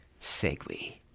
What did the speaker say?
Segue